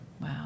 Wow